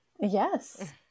Yes